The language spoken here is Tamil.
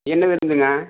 என்ன விருந்துங்க